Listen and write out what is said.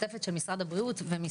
שלום לכולם, השם עימכם.